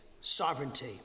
sovereignty